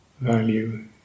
value